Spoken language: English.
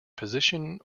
position